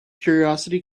curiosity